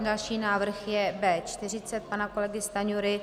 Další návrh je B40 pana kolegy Stanjury.